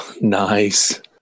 Nice